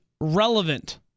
relevant